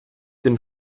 тим